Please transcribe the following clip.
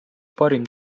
parim